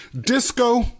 disco